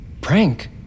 Prank